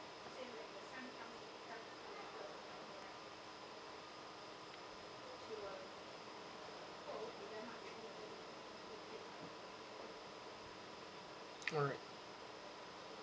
alright